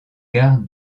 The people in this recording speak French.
gare